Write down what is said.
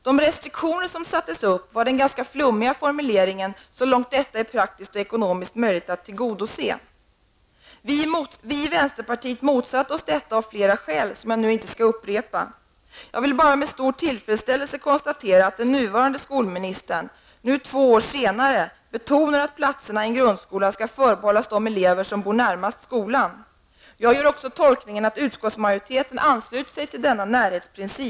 De restriktioner som sattes upp den ganska flummigt formulerade ''Så långt detta är praktiskt och ekonomiskt möjligt att tillgodose''. Vi i vänsterpartiet motsatte oss detta av flera skäl som jag inte nu skall upprepa. Jag vill bara med stor tillfredsställelse konstatera att den nuvarande skolministern nu, två år senare, betonar att platserna i en grundskola skall förbehållas de elever som bor närmast skolan. Jag gör också den tolkningen att även utskottsmajoriteten ansluter sig till ''närhetsprincipen''.